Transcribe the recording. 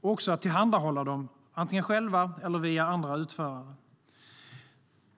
och att tillhandahålla dem, antingen själva eller via andra utförare.